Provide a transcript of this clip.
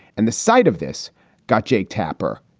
and the sight of this guy, jake tapper,